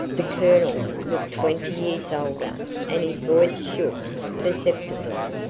the colonel looked twenty years older and his voice shook perceptibly.